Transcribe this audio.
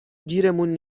گیرمون